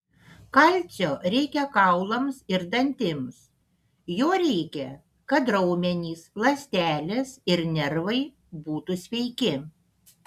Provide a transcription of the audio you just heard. kalcio reikia kaulams ir dantims jo reikia kad raumenys ląstelės ir nervai būtų sveiki